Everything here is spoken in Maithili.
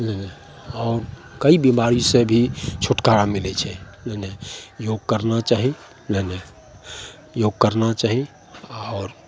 नहि नहि आओर कइ बीमारीसँ भी छुटकारा मिलय छै नहि नहि योग करना चाही नहि नहि योग करना चाही आओर